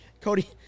Cody